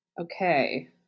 Okay